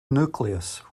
nucleus